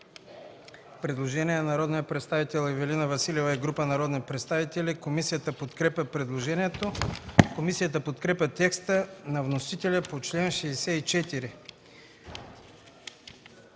Предложение на народния представител Ивелина Василева и група народни представители. Комисията подкрепя предложението. Комисията подкрепя текста на вносителя за